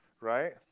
right